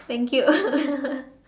thank you